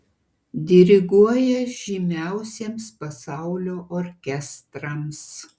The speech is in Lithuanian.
diriguoja žymiausiems pasaulio orkestrams